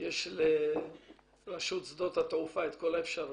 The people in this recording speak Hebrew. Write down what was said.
יש לרשות שדות התעופה את כל האפשרויות,